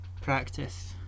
Practice